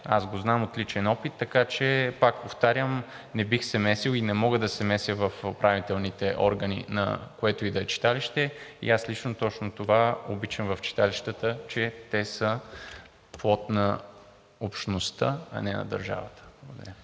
аз го знам от личен опит, така че пак повтарям, не бих се месил и не мога да се меся в управителните органи на което и да е читалище. Аз лично точно това обичам в читалищата, че те са плод на общността, а не на държавата.